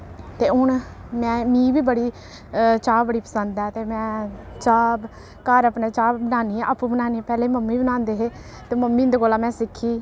ते हून में मी बी बड़ी चाह् बड़ी पसंद ऐ ते में चाह् घर अपने चाह् बनानी आं आपूं बनानीं पैह्लें मम्मी बनांदे हे ते मम्मी हुं'दे कोला में सिक्खी